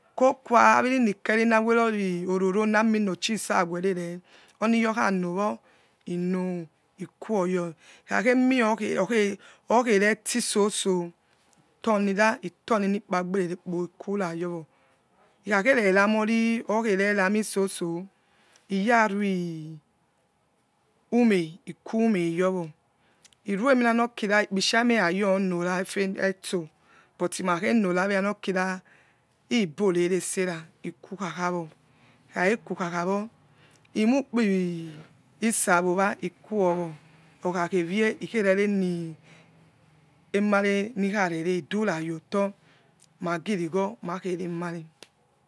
Kokuwa aviri nikeni nawerori ororo namino chi saweh rere oniyokha nowo ino iquoyo ikhakemi okhereti soso tunina ituning onukpgba ererekpo ikurayowo ikhakhereramori okherami soso iyarue umo ikumeyowo iruemina nokira ikpisha ma erayonora efenatso but makhenoro nokira ibo reresera ikukhakhawo ikhakhe kukakuwo ima ikpi isa wowa iquowo okhakhewie ikhererieni emarenikhare idurayoto magingho makheremare,